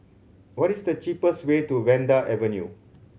what is the cheapest way to Vanda Avenue